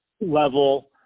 level